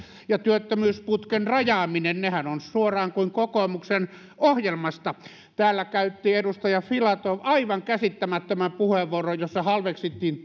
porrastamista ja työttömyysputken rajaamista nehän ovat suoraan kuin kokoomuksen ohjelmasta täällä käytti edustaja filatov aivan käsittämättömän puheenvuoron jossa halveksittiin